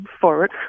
forward